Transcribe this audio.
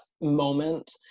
moment